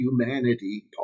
humanity